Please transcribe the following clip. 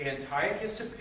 Antiochus